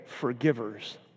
forgivers